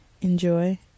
Enjoy